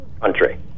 country